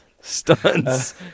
Stunts